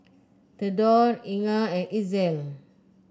Thedore Inga and Itzel